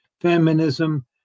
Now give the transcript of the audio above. feminism